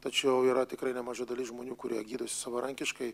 tačiau yra tikrai nemaža dalis žmonių kurie gydosi savarankiškai